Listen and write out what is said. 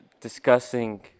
discussing